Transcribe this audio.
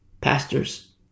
Pastors